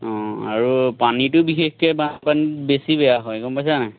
অঁ আৰু পানীটো বিশেষকৈ বানপানীত বেছি বেয়া হয় গম পাইছানে নাই